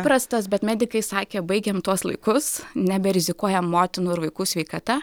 prastas bet medikai sakė baigiam tuos laikus neberizikuojam motinų ir vaikų sveikata